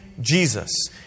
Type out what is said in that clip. Jesus